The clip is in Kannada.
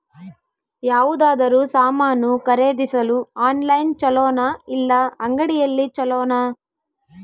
ಯಾವುದಾದರೂ ಸಾಮಾನು ಖರೇದಿಸಲು ಆನ್ಲೈನ್ ಛೊಲೊನಾ ಇಲ್ಲ ಅಂಗಡಿಯಲ್ಲಿ ಛೊಲೊನಾ?